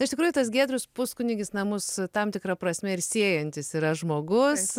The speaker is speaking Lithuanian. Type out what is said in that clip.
iš tikrųjų tas giedrius puskunigis na mus tam tikra prasme ir siejantis yra žmogus